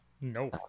no